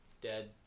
dead